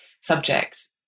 subject